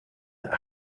that